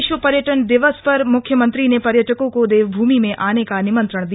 विश्व पर्यटन दिवस पर मुख्यमंत्री ने पर्यटकों को देवभूमि में आने का निमंत्रण दिया